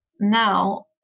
now